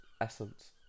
essence